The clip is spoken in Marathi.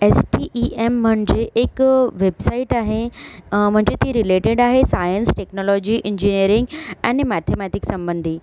एसटीईएम म्हणजे एक वेबसाईट आहे म्हणजे ती रिलेटेड आहे सायन्स टेक्नोलॉजी इंजीनियरिंग आणि मॅथमॅतिक्ससंबंधी